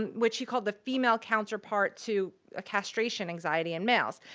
and which he called the female counterpart to a castration anxiety in males.